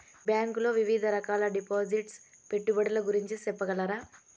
మీ bank లో వివిధ రకాల డిపాసిట్స్, పెట్టుబడుల గురించి సెప్పగలరా?